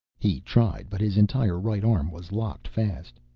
he tried, but his entire right arm was locked fast.